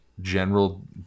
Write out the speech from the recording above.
general